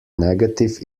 negative